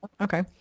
Okay